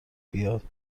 بیاد